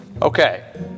Okay